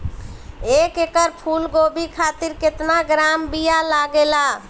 एक एकड़ फूल गोभी खातिर केतना ग्राम बीया लागेला?